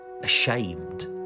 ashamed